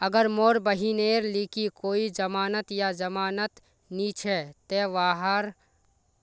अगर मोर बहिनेर लिकी कोई जमानत या जमानत नि छे ते वाहक कृषि ऋण कुंसम करे मिलवा सको हो?